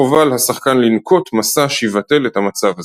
חובה על השחקן לנקוט מסע שיבטל את המצב הזה.